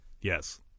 yes